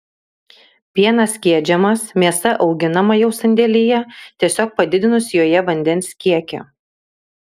pienas skiedžiamas mėsa auginama jau sandėlyje tiesiog padidinus joje vandens kiekį